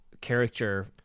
character